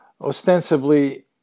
Ostensibly